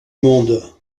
monde